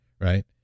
right